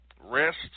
rest –